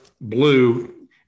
Blue